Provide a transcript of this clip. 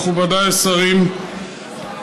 מכובדיי השרים,